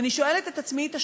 ואני שואלת את עצמי את השאלה,